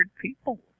people